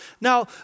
Now